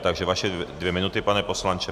Takže vaše dvě minuty, pane poslanče.